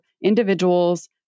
individuals